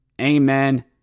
Amen